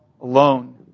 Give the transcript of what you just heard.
alone